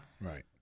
Right